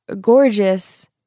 gorgeous